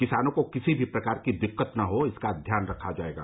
किसानों को किसी भी प्रकार की दिक्कत न हो इसका ध्यान रखा जायेगा